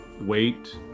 wait